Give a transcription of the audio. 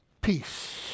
peace